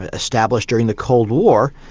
established during the cold war,